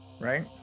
right